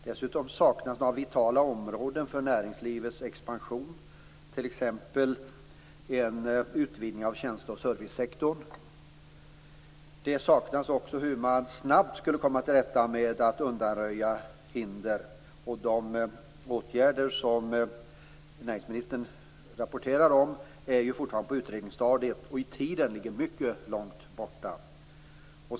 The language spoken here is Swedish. Dessutom saknas några vitala områden för näringslivets expansion, t.ex. en utvidgning av tjänsteoch servicesektorn. Det saknas också uppgifter om hur man snabbt skulle kunna undanröja hinder. De åtgärder som näringsministern rapporterar om är fortfarande på utredningsstadiet och ligger i tiden mycket långt bort.